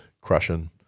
crushing